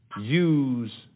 use